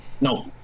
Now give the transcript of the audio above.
No